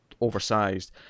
oversized